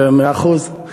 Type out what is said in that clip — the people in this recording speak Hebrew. מאה אחוז.